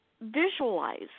visualize